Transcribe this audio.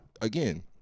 again